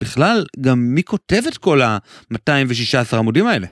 בכלל, גם מי כותב את כל ה-216 עמודים האלה?